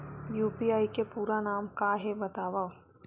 UPI के पूरा नाम का हे बतावव?